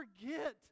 forget